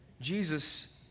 Jesus